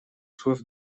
soif